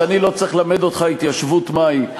שאני לא צריך ללמד אותך התיישבות מהי,